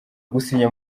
gusinya